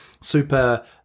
super